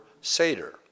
Seder